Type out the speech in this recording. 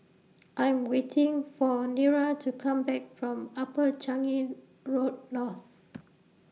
I Am waiting For Nira to Come Back from Upper Changi Road North